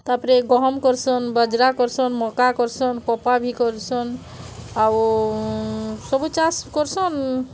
ତା' ପରେ ଗହମ୍ କର୍ସନ୍ ବାଜ୍ରା କର୍ସନ୍ ମକା କର୍ସନ୍ କପା ଭି କର୍ସନ୍ ଆଉ ସବୁ ଚାଷ୍ କର୍ସନ୍